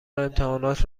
امتحانات